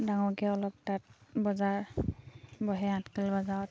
ডাঙৰকৈ অলপ তাত বজাৰ বহে আঠখেল বজাৰত